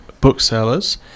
booksellers